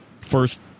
first